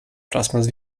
próximas